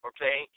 Okay